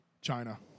China